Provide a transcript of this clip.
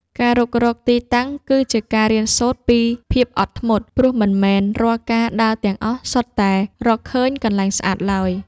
ការរុករកទីតាំងគឺជាការរៀនសូត្រពីភាពអត់ធ្មត់ ព្រោះមិនមែនរាល់ការដើរទាំងអស់សុទ្ធតែរកឃើញកន្លែងស្អាតឡើយ។